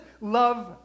love